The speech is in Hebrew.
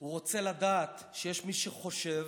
הוא רוצה לדעת שיש מי שחושב,